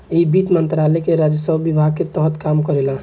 इ वित्त मंत्रालय के राजस्व विभाग के तहत काम करेला